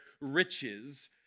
riches